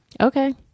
Okay